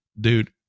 Dude